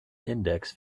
index